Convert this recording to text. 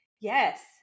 Yes